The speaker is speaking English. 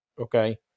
Okay